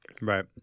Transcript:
Right